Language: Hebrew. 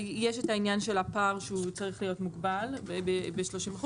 יש את העניין של הפער שהוא צריך להיות מוגבל ב- 30%